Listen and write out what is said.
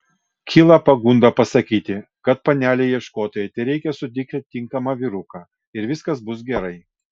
kyla pagunda pasakyti kad panelei ieškotojai tereikia sutikti tinkamą vyruką ir viskas bus gerai